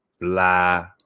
blah